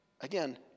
again